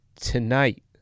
tonight